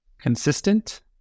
consistent